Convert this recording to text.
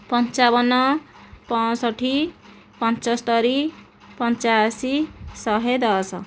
ପଞ୍ଚାବନ ପଞ୍ଚଷଠି ପଞ୍ଚସ୍ତରୀ ପଞ୍ଚାଅଶି ଶହେଦଶ